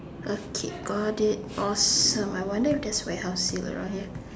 okay got it awesome I wonder if there's warehouse sale around here